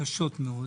וקשות מאוד.